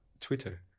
Twitter